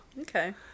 Okay